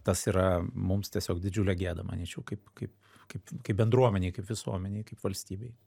tas yra mums tiesiog didžiulė gėda manyčiau kaip kaip kaip kaip bendruomenei kaip visuomenei kaip valstybei